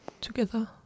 together